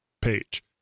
page